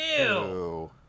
Ew